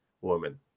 woman